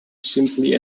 simply